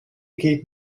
geht